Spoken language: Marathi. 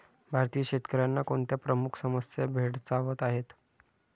भारतीय शेतकऱ्यांना कोणत्या प्रमुख समस्या भेडसावत आहेत?